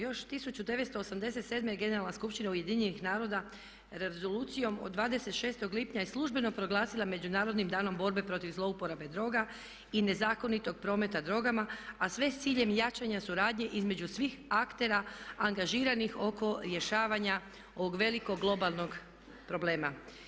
Još 1987. je Generalna skupština UN-a Rezolucijom od 26. lipnja i službeno proglasila Međunarodnim danom borbe protiv zlouporabe droga i nezakonitog prometa drogama, a sve s ciljem jačanja suradnje između svih aktera angažiranih oko rješavanja ovog velikog globalnog problema.